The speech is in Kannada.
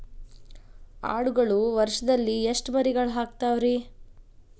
ಆಡುಗಳು ವರುಷದಲ್ಲಿ ಎಷ್ಟು ಮರಿಗಳನ್ನು ಹಾಕ್ತಾವ ರೇ?